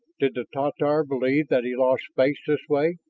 did the tatar believe that he lost face this way?